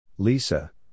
Lisa